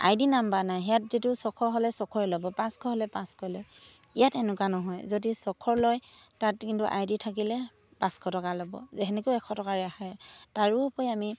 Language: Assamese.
আই ডি নাম্বাৰ নাই হেৰিয়াত যিটো ছশ হ'লে ছশই ল'ব পাঁচশ হ'লে পাঁচশ লয় ইয়াত এনেকুৱা নহয় যদি ছশৰ লয় তাত কিন্তু আই ডি থাকিলে পাঁচশ টকা ল'ব যে সেনেকৈ এশ টকা ৰেহাই তাৰো উপৰি আমি